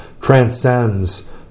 transcends